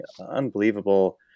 unbelievable